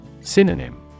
synonym